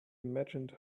imagined